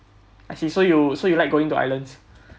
I see so you so you like going to islands